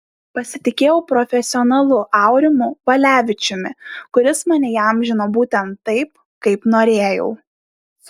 pasitikėjau profesionalu aurimu valevičiumi kuris mane įamžino būtent taip kaip norėjau